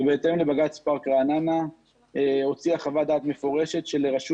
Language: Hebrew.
ובהתאם לבג"צ פארק רעננה הוציאה חוות דעת מפורשת שלרשות